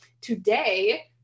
today